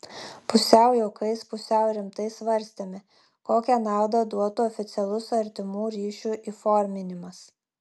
pusiau juokais pusiau rimtai svarstėme kokią naudą duotų oficialus artimų ryšių įforminimas